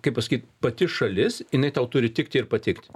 kaip pasakyt pati šalis jinai tau turi tikti ir patikt